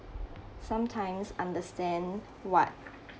sometimes understand what